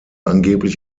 angeblich